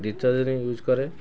detergent use କରେ